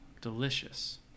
Delicious